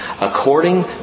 according